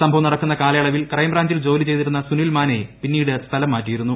സംഭവം നടക്കുന്ന കാലയളവിൽ ക്രൈംബ്രാഞ്ചിൽ ജോലി ചെയ്തിരുന്ന സുനിൽ മാനെയെ പിന്നീട് സ്ഥലം മാറ്റിയിരുന്നു